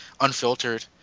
unfiltered